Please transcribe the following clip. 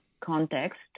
context